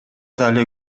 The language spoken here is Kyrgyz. дале